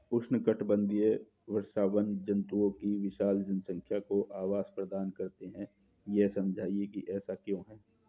उष्णकटिबंधीय वर्षावन जंतुओं की विशाल जनसंख्या को आवास प्रदान करते हैं यह समझाइए कि ऐसा क्यों है?